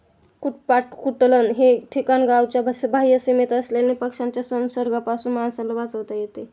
कुक्पाकुटलन हे ठिकाण गावाच्या बाह्य सीमेत असल्याने पक्ष्यांच्या संसर्गापासून माणसांना वाचवता येते